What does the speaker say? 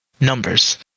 numbers